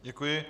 Děkuji.